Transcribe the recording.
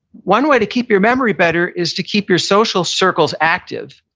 one way to keep your memory better is to keep your social circles active,